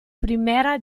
primera